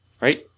right